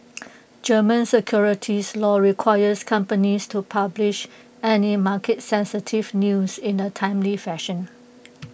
German securities law requires companies to publish any market sensitive news in A timely fashion